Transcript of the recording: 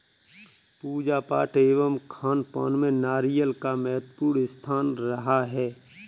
पूजा पाठ एवं खानपान में नारियल का महत्वपूर्ण स्थान रहा है